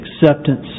acceptance